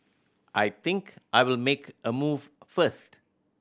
I think I'll make a move first